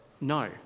No